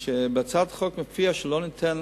היא שכתוב בה שאחרי הפעם השנייה לא יינתן